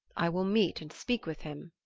i will meet and speak with him,